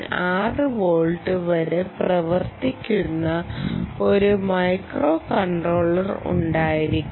6 volt വരെ പ്രവർത്തിക്കുന്ന ഒരു മൈക്രോകൺട്രോളർ ഉണ്ടായിരിക്കാം